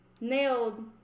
nailed